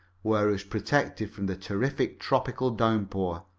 where it was protected from the terrific tropical downpour.